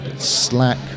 Slack